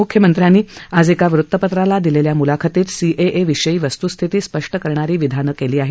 मुख्यमंत्र्यांनी आज एका वृत्तपत्राला दिलेल्या मूलाखतीत सीएए विषयी वस्त्स्थिती स्पष्ट करणारी विधानं केली आहेत